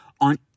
on